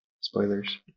Spoilers